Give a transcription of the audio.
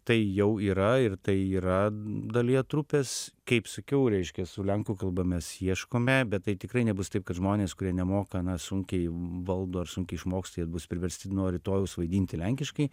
tai jau yra ir tai yra dalyje trupės kaip sakiau reiškia su lenku kalba mes ieškome bet tai tikrai nebus taip kad žmonės kurie nemoka na sunkiai valdo ir sunkiai išmoksta jie bus priversti nuo rytojaus vaidinti lenkiškai